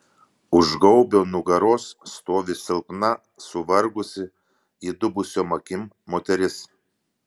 už gaubio nugaros stovi silpna suvargusi įdubusiom akim moteris